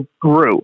grew